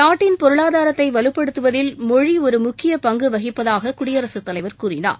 நாட்டின் பொருளாதாரத்தை வலுப்படுத்துவதில் மொழி ஒரு முக்கிய பங்கு வகிப்பதாக குடியரசுத் தலைவர் கூறினார்